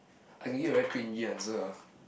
I can give you a very cringey answer ah